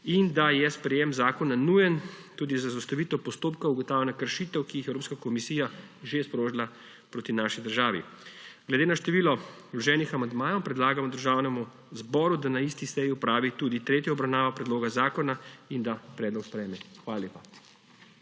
in da je sprejem zakona nujen tudi za zaustavitev postopka ugotavljanja kršitev, ki ga je Evropska komisija že sprožila proti naši državi. Glede na število vloženih amandmajev predlagamo Državnemu zboru, da na isti seji opravi tudi tretjo obravnavo predloga zakona in da predlog sprejme. Hvala lepa.